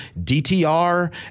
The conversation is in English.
DTR